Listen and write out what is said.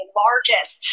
largest